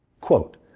quote